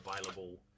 available